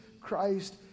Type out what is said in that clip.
Christ